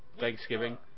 Thanksgiving